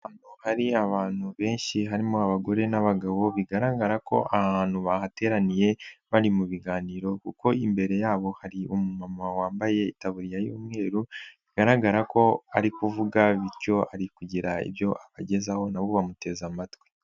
Hari abantu benshi harimo abagore n'abagabo bigaragara ko ahantu bahateraniye bari mu biganiro kuko imbere yabo hari umuma wambaye itaburiya y'umweru, bigaragara ko ari kuvuga bityo ari kugira ibyo abagezaho nabo bamuteze amatwi.